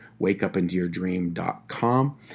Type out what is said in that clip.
wakeupintoyourdream.com